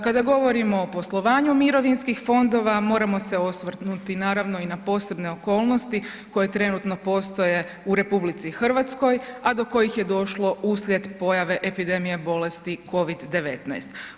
Kada govorimo o poslovanju mirovinskih fondova moramo se osvrnuti naravno i na posebne okolnosti koje trenutno postoje u RH, a do kojih je došlo uslijed pojave epidemije bolesti COVID-19.